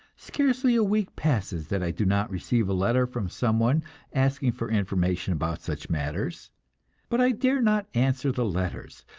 scarcely a week passes that i do not receive a letter from someone asking for information about such matters but i dare not answer the letters,